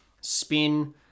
spin